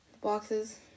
Boxes